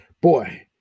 boy